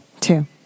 Two